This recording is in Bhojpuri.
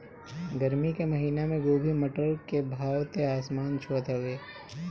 गरमी के महिना में गोभी, मटर के भाव त आसमान छुअत हवे